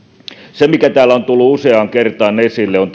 se mikä täällä on tullut useaan kertaan esille on